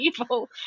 evil